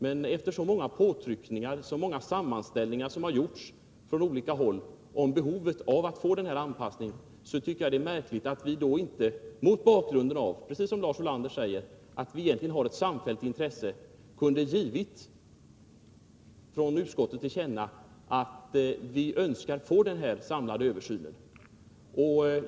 Men efter så många påtryckningar och så många sammanställningar som har gjorts från olika håll om behovet av en anpassning på detta område tycker jag att det är märkligt att utskottet inte mot bakgrund av — precis som Lars Ulander här säger — att vi egentligen har ett samfällt intresse kunde ha gett till känna att denna samlade översyn önskas.